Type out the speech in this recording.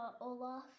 Olaf